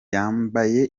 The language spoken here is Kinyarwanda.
yambaye